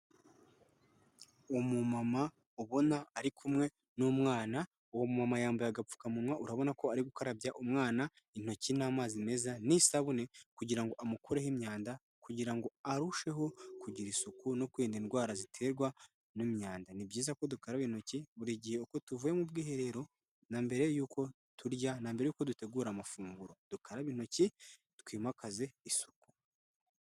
Umumama ubona ari kumwe n'umwana, uwo muntu yambaye agapfukamunwa urabona ko ari gukarabya umwana intoki n'amazi meza n'isabune kugirango amukureho imyanda, kugirango ngo arusheho kugira isuku no kwenda indwara ziterwa n'imyanda. Ni byiza ko dukaraba intoki buri gihe uko tuvuye mu bwiherero na mbere yuko turya, na mbere yuko dutegura amafunguro dukaraba intoki twimakaze isuku.